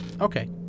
Okay